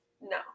No